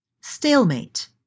Stalemate